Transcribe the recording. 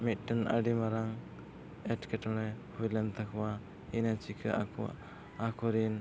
ᱢᱤᱫᱴᱟᱝ ᱟᱹᱰᱤ ᱢᱟᱨᱟᱝ ᱮᱴᱠᱮᱴᱚᱬᱮ ᱦᱩᱭᱞᱮᱱ ᱛᱟᱠᱚᱣᱟ ᱤᱱᱟᱹ ᱪᱮᱠᱟ ᱟᱠᱚᱨᱮᱱ